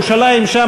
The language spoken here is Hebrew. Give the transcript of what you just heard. בושה.